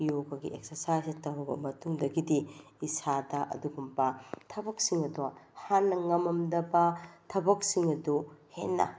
ꯌꯣꯒꯒꯤ ꯑꯦꯛꯁꯔꯁꯥꯏꯁꯁꯦ ꯇꯧꯔꯕ ꯃꯇꯨꯡꯗꯒꯤꯗꯤ ꯏꯁꯥꯗ ꯑꯗꯨꯒꯨꯝꯕ ꯊꯕꯛꯁꯤꯡ ꯑꯗꯣ ꯍꯥꯟꯅ ꯉꯝꯃꯝꯗꯕ ꯊꯕꯛꯁꯤꯡ ꯑꯗꯨ ꯍꯦꯟꯅ